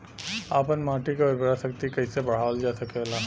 आपन माटी क उर्वरा शक्ति कइसे बढ़ावल जा सकेला?